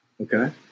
Okay